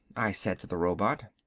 i said to the robot.